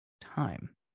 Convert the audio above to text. time